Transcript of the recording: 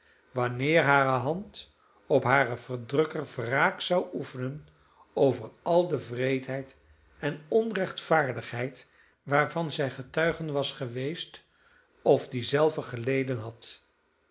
wanneer hare hand op haren verdrukker wraak zou oefenen over al de wreedheid en onrechtvaardigheid waarvan zij getuige was geweest of die zelve geleden had